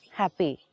happy